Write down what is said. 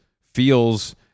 feels